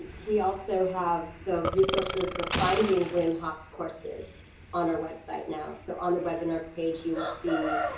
we also have the resources for finding wim hof's courses on our website now. so on the webinar page you will see